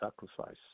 sacrifice